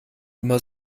immer